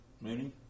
Mooney